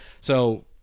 So-